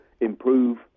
improve